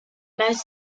most